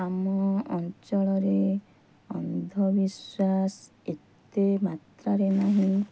ଆମ ଅଞ୍ଚଳରେ ଅନ୍ଧବିଶ୍ୱାସ ଏତେ ମାତ୍ରାରେ ନାହିଁ